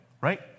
right